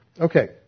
Okay